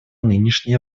нынешняя